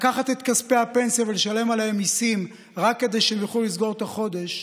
לקחת את כספי הפנסיה ולשלם עליהם מיסים רק כדי שיוכלו לסגור את החודש,